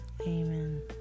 amen